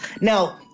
now